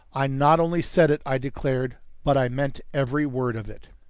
i not only said it, i declared, but i meant every word of it.